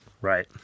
Right